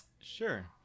Sure